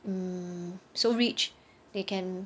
mm so rich they can